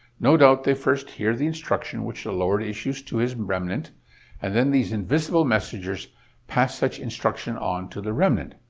no doubt they first hear the instruction which the lord issues to his remnant and then these invisible messengers pass such instruction on to the remnant.